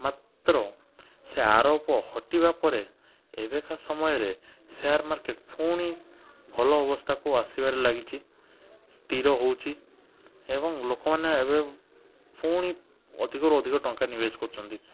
ମାତ୍ର ସେ ଆରୋପ ହଟିବା ପରେ ଏବେକା ସମୟରେ ସେୟାର୍ ମାର୍କେଟ ପୁଣି ଭଲ ଅବସ୍ଥାକୁ ଆସିବାରେ ଲାଗିଛି ସ୍ଥିର ହେଉଛି ଏବଂ ଲୋକମାନେ ଏବେ ପୁଣି ଅଧିକରୁ ଅଧିକ ଟଙ୍କା ନିବେଶ କରୁଛନ୍ତି